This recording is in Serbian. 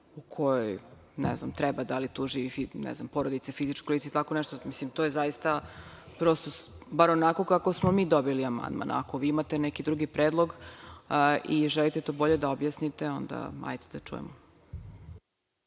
u kojoj treba, da li tu živi porodica, fizičko lice ili tako nešto. To je zaista, bar onako kako smo mi dobili amandman. Ako vi imate neki drugi predlog i želite to bolje da objasnite, onda ajde da čujemo.